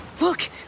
Look